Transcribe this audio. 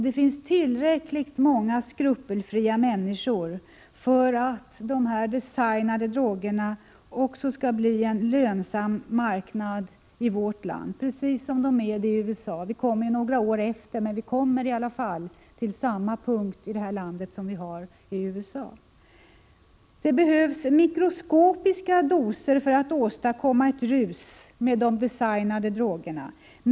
Det finns tillräckligt många skrupelfria människor för att de designade drogerna också skall bli en lönsam marknad i vårt land, precis som de är i USA. Vi kommer några år efter, men vi når i alla fall samma punkt som man har gjort i USA. Det behövs mikroskopiska doser för att åstadkomma ett rus med de designade drogerna.